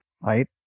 right